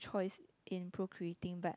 choice in procreating but